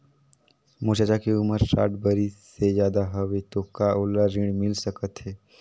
मोर चाचा के उमर साठ बरिस से ज्यादा हवे तो का ओला ऋण मिल सकत हे?